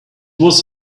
was